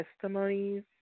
testimonies